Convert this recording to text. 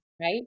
Right